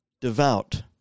devout